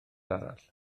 arall